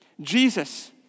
Jesus